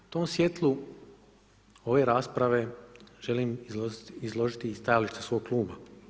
U tom svjetlu ove rasprave želim izložiti i stajalište svog Kluba.